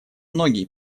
многие